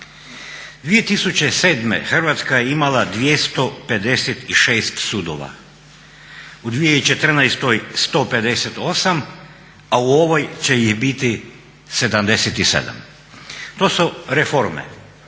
2007. Hrvatska je imala 256 sudova, u 2014. 158, a u ovoj će ih biti 77. To su reforme.